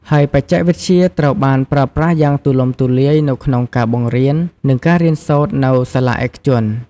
ហើយបច្ចេកវិទ្យាត្រូវបានប្រើប្រាស់យ៉ាងទូលំទូលាយនៅក្នុងការបង្រៀន និងការរៀនសូត្រនៅសាលាឯកជន។